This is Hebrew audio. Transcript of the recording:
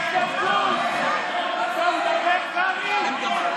אתה בושה לטוניסאים.